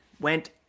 went